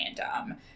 random